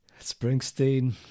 Springsteen